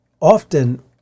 often